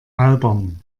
albern